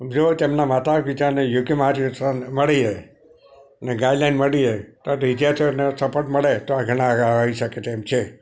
જો તેમના માતા પિતાને યોગ્ય માર્ગદર્શન મળી રહે અને ગાઈડલાઇન મળી રહે તો વિદ્યાર્થીઓને સપોર્ટ મળે તો ઘણાં આગળ આવી શકે તેમ છે